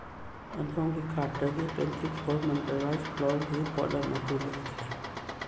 ꯑꯗꯣꯝꯒꯤ ꯀꯥꯔꯠꯇꯒꯤ twenty four ꯃꯟꯇꯔꯥ ꯔꯥꯏꯁ ꯐ꯭ꯂꯣꯔꯒꯤ ꯄꯣꯠꯂꯝ ꯑꯗꯨ ꯂꯣꯏꯈ꯭ꯔꯦ